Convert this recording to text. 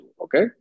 okay